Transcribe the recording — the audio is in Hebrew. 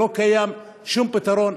לא קיים שום פתרון,